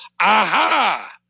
aha